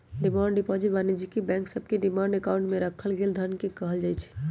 demand deposit वाणिज्यिक bank सभके demand account में राखल गेल धन के कहल जाइ छै